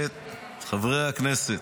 חברי הכנסת,